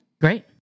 Great